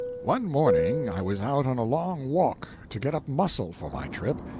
one morning i was out on a long walk to get up muscle for my trip,